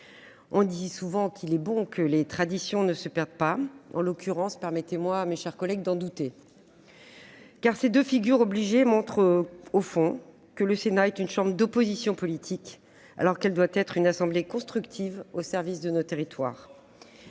On dit souvent qu'il est bon que les traditions ne se perdent pas. En l'occurrence, permettez-moi d'en douter. Car ces deux figures obligées montrent, au fond, que le Sénat est une chambre d'opposition politique, alors qu'elle doit être une assemblée constructive au service de nos territoires.